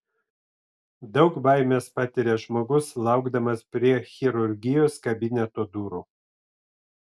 daug baimės patiria žmogus laukdamas prie chirurgijos kabineto durų